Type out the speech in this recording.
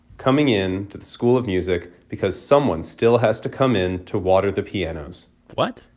coming in to the school of music because someone still has to come in to water the pianos what?